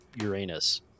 Uranus